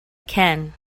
can